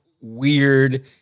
weird